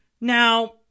Now